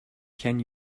can